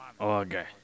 okay